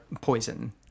poison